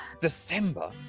December